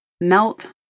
Melt